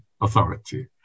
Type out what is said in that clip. Authority